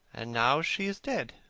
and now she is dead.